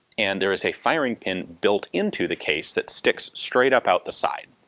and there is a firing pin built into the case that sticks straight up out the side.